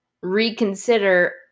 reconsider